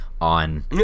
on